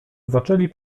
zaczęli